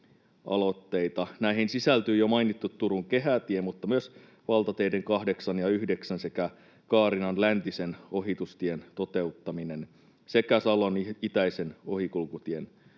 Näihin sisältyy jo mainittu Turun kehätie mutta myös valtateiden 8 ja 9 sekä Kaarinan läntisen ohitustien toteuttaminen sekä Salon itäisen ohikulkutien suunnittelu.